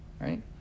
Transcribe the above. right